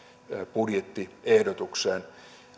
budjettiehdotukseen